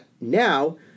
now